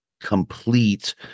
complete